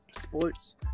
Sports